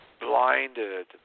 blinded